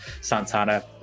Santana